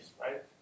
right